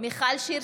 מיכל שיר